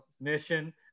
mission